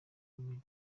umujyi